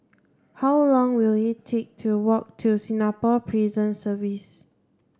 how long will it take to walk to Singapore Prison Service